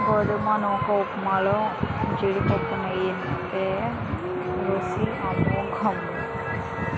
గోధుమ నూకఉప్మాలో జీడిపప్పు నెయ్యి ఏత్తే రుసి అమోఘము